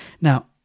Now